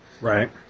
Right